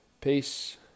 peace